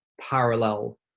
parallel